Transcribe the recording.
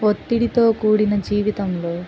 ఒత్తిడితో కూడిన జీవితంలో